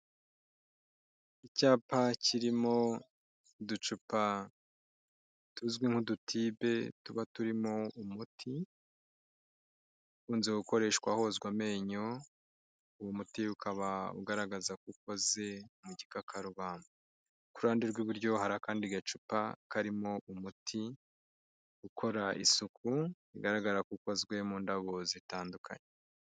Icyapa kirimo uducupa tuzwi nk'udutipe tuba turimo umuti ukunze gukoreshwa hozwa amenyo, uwo muti ukaba ugaragaza ko ukoze mu gikakarubamba, ku ruhande rw'iburyo hari akandi gacupa karimo umuti ukora isuku, bigaragara ko ukozwe mu ndabo zitandukanye.